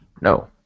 No